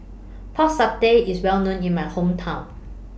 Pork Satay IS Well known in My Hometown